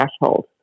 threshold